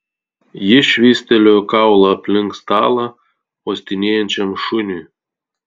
ji švystelėjo kaulą aplink stalą uostinėjančiam šuniui